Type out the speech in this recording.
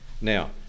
Now